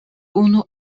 unu